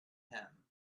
him